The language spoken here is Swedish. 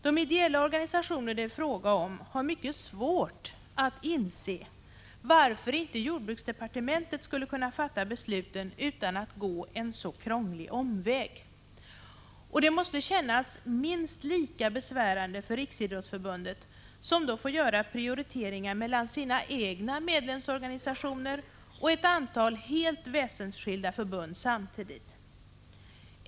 De ideella organisationer det är fråga om har mycket svårt att inse varför inte jordbruksdepartementet skulle kunna fatta besluten utan att gå en så krånglig omväg. Det måste kännas minst lika besvärande för Riksidrottsförbundet, som samtidigt får göra prioriteringar mellan å ena sidan sina egna medlemsorganisationer, å andra sidan ett antal helt väsensskilda förbund.